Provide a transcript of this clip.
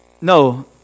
no